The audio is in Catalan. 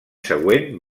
següent